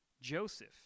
Joseph